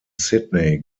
sydney